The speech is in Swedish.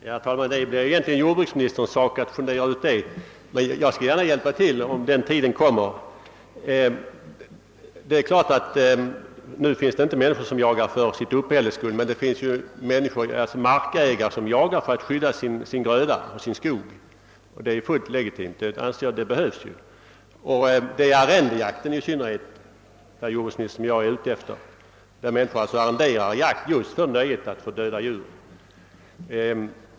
Herr talman! Det blir egentligen jordbruksministerns sak att fundera ut det här, men jag skall gärna hjälpa till om frågan blir aktuell. Naturligtvis finns det nu inte människor som jagar för sitt uppehälles skull, men det finns markägare som jagar för att skydda sin gröda och sin skog. Den jakten är fullt legitim, ty den behövs. Det är i synnerhet arrendejakten, herr jordbruksminister, som jag är ute efter. Det förekommer ju att människor arrenderar jakt för nöjet att få döda djur.